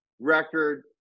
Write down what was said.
record